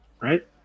right